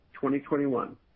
2021